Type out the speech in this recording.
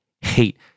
hate